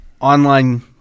Online